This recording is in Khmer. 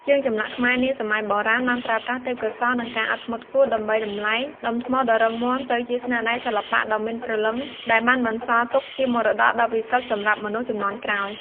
ជាងចម្លាក់ខ្មែរនាសម័យបុរាណបានប្រើប្រាស់ទេពកោសល្យ និងការអត់ធ្មត់ខ្ពស់ ដើម្បីបំប្លែងដុំថ្មដ៏រឹងមាំទៅជាស្នាដៃសិល្បៈដ៏មានព្រលឹង ដែលបានបន្សល់ទុកជាមរតកដ៏ពិសិដ្ឋសម្រាប់មនុស្សជំនាន់ក្រោយ។